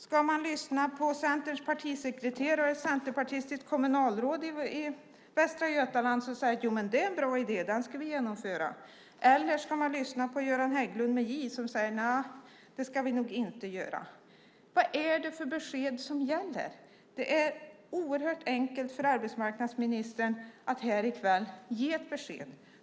Ska man lyssna på Centerns partisekreterare och ett centerpartistiskt kommunalråd i Västra Götaland som säger: Det är en bra idé, den ska vi genomföra? Eller ska man lyssna på Jöran Hägglund som säger: Nja, det ska vi nog inte göra? Vad är det som gäller? Det vore enkelt för arbetsmarknadsministern att ge ett besked här i kväll.